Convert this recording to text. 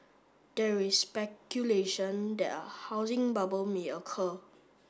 there is speculation that a housing bubble may occur